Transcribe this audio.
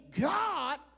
God